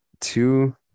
two